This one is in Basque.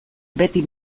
beti